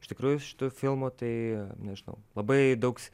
iš tikrųjų šito filmo tai nežinau labai daug